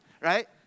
Right